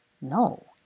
No